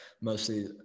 mostly